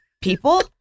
People